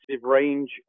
range